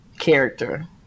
Character